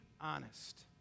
honest